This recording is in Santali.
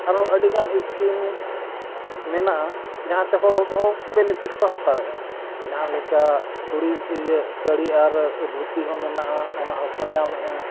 ᱟᱨᱦᱚᱸ ᱟᱹᱰᱤ ᱜᱟᱱ ᱥᱠᱤᱢ ᱢᱮᱱᱟᱜᱼᱟ ᱡᱟᱦᱟᱸᱛᱮ ᱦᱚᱲ ᱦᱚᱸ ᱵᱮᱱᱤᱯᱷᱤᱴ ᱠᱚ ᱦᱟᱛᱟᱣᱮᱜᱼᱟ ᱡᱟᱦᱟᱸ ᱞᱮᱠᱟ ᱥᱩᱲᱤ ᱤᱭᱟᱹ ᱥᱟᱹᱲᱤ ᱟᱨ ᱫᱷᱩᱛᱤ ᱦᱚᱸ ᱢᱮᱱᱟᱜᱼᱟ ᱚᱱᱟ ᱦᱚᱸᱠᱚ ᱧᱟᱢᱮᱜᱼᱟ